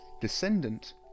descendant